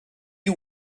you